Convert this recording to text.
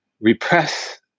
repress